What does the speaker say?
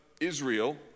Israel